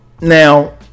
Now